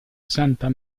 santa